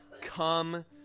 come